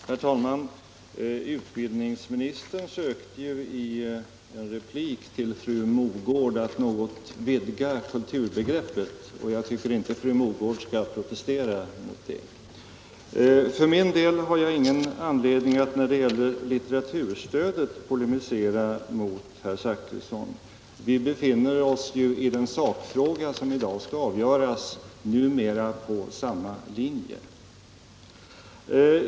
Herr talman! Utbildningsministern försökte i en replik till fru Mogård att något vidga kulturbegreppet, och jag tycker inte att fru Mogård skall protestera mot det. För min del har jag ingen anledning att när det gäller litteraturstödet polemisera mot herr Zachrisson — vi befinner oss ju i den sakfråga som i dag skall avgöras numera på samma linje.